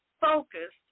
focused